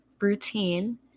routine